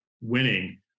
winning